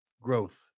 growth